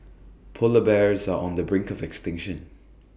Polar Bears are on the brink of extinction